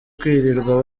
kwirirwa